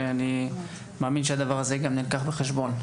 ואני מאמין שהדבר הזה גם נלקח בחשבון.